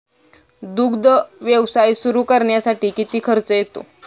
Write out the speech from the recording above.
दुग्ध व्यवसाय सुरू करण्यासाठी किती खर्च येतो?